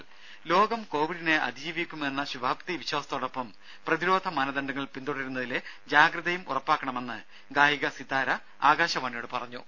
ദേദ ലോകം കോവിഡിനെ അതിജീവിക്കുമെന്ന ശുഭാപ്തി വിശ്വാസത്തിനൊപ്പം പ്രതിരോധ മാനദണ്ഡങ്ങൾ പിന്തുടരുന്നതിലെ ജാഗ്രതയും ഉറപ്പാക്കണമെന്ന് ഗായിക സിതാര ആകാശവാണിയോട് പറഞ്ഞു